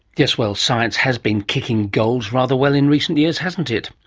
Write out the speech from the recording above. yes, well, science has been kicking goals rather well in recent years, hasn't it?